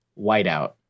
whiteout